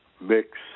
mix